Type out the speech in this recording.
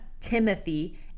Timothy